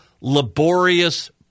laborious